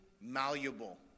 malleable